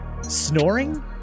Snoring